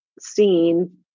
seen